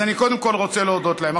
אז אני קודם כול רוצה להודות להם.